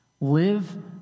Live